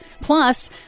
Plus